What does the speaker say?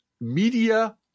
media